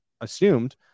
assumed